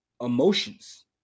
emotions